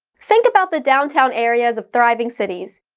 think about the downtown areas of thriving cities.